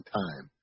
time